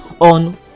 on